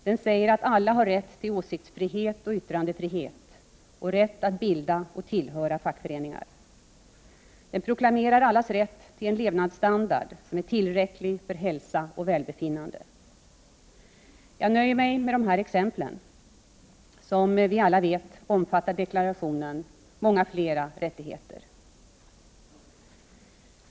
Den säger att alla har rätt till åsiktsfrihet och yttrandefrihet och rätt att bilda och tillhöra fackföreningar. Den proklamerar allas rätt till en levnadsstandard som är tillräcklig för hälsa och välbefinnande. Jag nöjer mig med de här exemplen. Som vi alla vet, omfattar deklarationen många fler rättigheter.